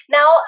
Now